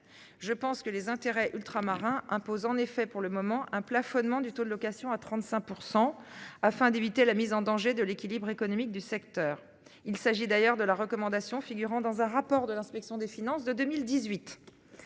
je pense que les intérêts ultramarins impose en effet pour le moment un plafonnement du taux de location à 35%. Afin d'éviter la mise en danger de l'équilibre économique du secteur. Il s'agit d'ailleurs de la recommandation figurant dans un rapport de l'inspection des finances de 2018.